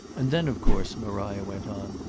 and then of course, maria went on,